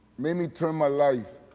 made me turn my life